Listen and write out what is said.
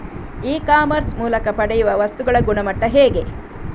E commerce ಮೂಲಕ ಪಡೆಯುವ ವಸ್ತುಗಳ ಗುಣಮಟ್ಟ ಹೇಗೆ?